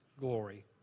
glory